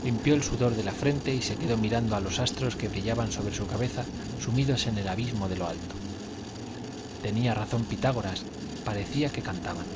limpió el sudor de la frente y se quedó mirando a los astros que brillaban sobre su cabeza sumidos en el abismo de lo alto tenía razón pitágoras parecía que cantaban